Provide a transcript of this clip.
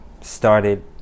started